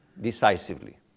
decisively